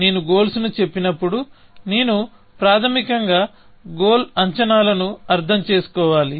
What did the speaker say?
నేను గోల్స్ ను చెప్పినప్పుడు నేను ప్రాథమికంగా గోల్ యొక్క అంచనాలను అర్థం చేసుకోవాలి